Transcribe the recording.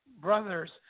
brothers